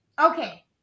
Okay